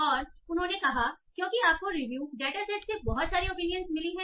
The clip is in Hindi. और उन्होंने कहा क्योंकि आपको रिव्यू डेटा सेट से बहुत सारी ऑपिनियंस मिली हैं